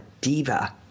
diva